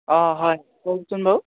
অঁ হয় কওকচোন বাও